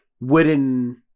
wooden